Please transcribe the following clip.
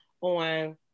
on